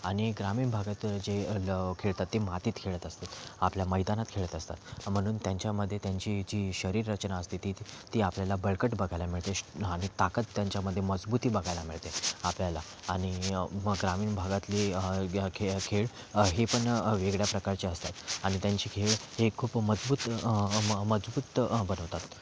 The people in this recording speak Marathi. आणि ग्रामीण भागात जे जे खेळतात ते मातीत खेळत असतात आपल्या मैदानात खेळत असतात म्हणून त्यांच्यामध्ये त्यांची जी शरीररचना असते ती ती आपल्याला बळकट बघायला मिळते आणि ताकद त्यांच्यामध्ये मजबुती बघायला मिळते आपल्याला आणि मग ग्रामीण भागातली खेळ खेळ हे पण वेगळ्या प्रकारचे असतात आणि त्यांची खेळ हे खूप मजबूत मजबूत बनवतात